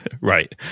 Right